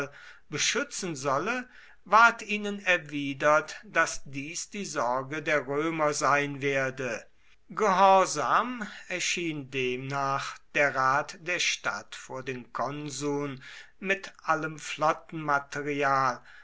beschützen solle ward ihnen erwidert daß dies die sorge der römer sein werde gehorsam erschien demnach der rat der stadt vor den konsuln mit allem